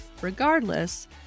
Regardless